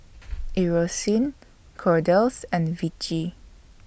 Eucerin Kordel's and Vichy